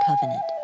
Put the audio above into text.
covenant